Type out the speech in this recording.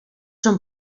són